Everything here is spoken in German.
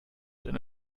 denn